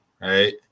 Right